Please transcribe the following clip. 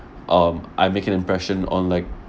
um I make an impression on like